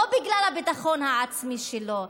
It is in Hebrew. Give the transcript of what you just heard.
לא בגלל הביטחון העצמי שלו,